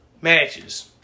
matches